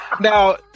Now